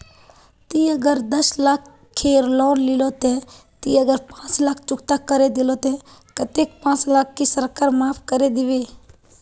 ती अगर दस लाख खेर लोन लिलो ते ती अगर पाँच लाख चुकता करे दिलो ते कतेक पाँच लाख की सरकार माप करे दिबे?